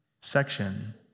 section